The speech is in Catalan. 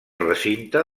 recinte